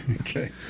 okay